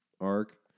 arc